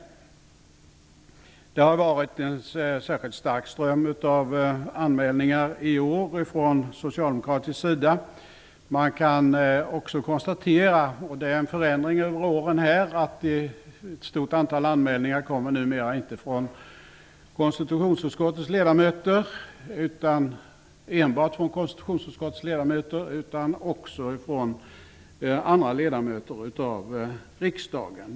Det har varit en särskild stark ström av anmälningar i år från socialdemokratisk sida. Man kan konstatera en förändring över åren, nämligen att ett stort antal anmälningar numera inte enbart kommer från konstitutionsutskottets ledamöter utan också från andra ledamöter av riksdagen.